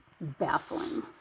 baffling